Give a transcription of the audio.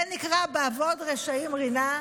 זה נקרא "באבֹד רשעים רִנה".